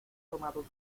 tomado